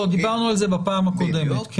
דיברנו על זה בפעם הקודמת.